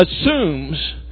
assumes